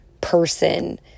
person